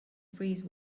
freeze